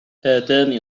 هاتان